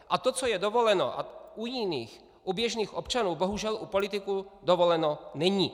A to, co je dovoleno u jiných, u běžných občanů, bohužel u politiků dovoleno není.